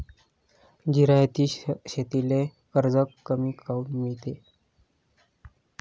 जिरायती शेतीले कर्ज कमी काऊन मिळते?